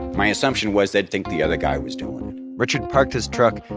my assumption was they'd think the other guy was doing it richard parked his truck.